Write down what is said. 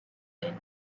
then